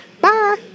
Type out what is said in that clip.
Bye